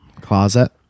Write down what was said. closet